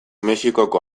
mexikoko